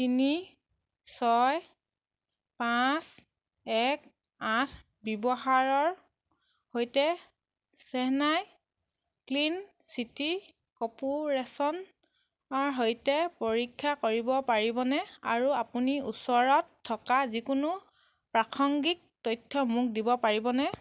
তিনি ছয় পাঁচ এক আঠ ব্যৱহাৰৰ সৈতে চেন্নাই ক্লিন চিটি কৰ্পোৰেচনৰ সৈতে পৰীক্ষা কৰিব পাৰিবনে আৰু আপুনি ওচৰত থকা যিকোনো প্ৰাসংগিক তথ্য মোক দিব পাৰিবনে